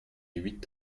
huit